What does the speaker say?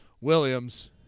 Williams